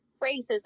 racism